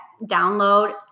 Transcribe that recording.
download